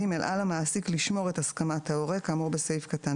(ג)על המעסיק לשמור את הסכמת ההורה כאמור בסעיף קטן